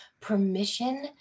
permission